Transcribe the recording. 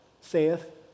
saith